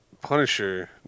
Punisher